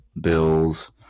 Bills